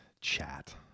chat